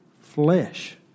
flesh